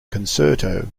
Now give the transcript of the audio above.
concerto